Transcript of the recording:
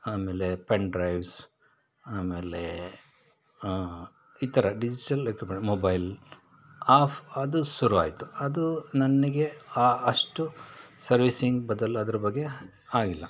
ಆಮೇಲೆ ಪೆನ್ಡ್ರೈವ್ಸ್ ಆಮೇಲೆ ಈ ಥರ ಡಿಜಿಟಲ್ ಎಕ್ವಿಪ್ಮೆಂಟ್ ಮೊಬೈಲ್ ಆಫ್ ಅದು ಶುರು ಆಯಿತು ಅದು ನನಗೆ ಆ ಅಷ್ಟು ಸರ್ವೀಸಿಂಗ್ ಬದಲು ಅದರ ಬಗ್ಗೆ ಆಗಿಲ್ಲ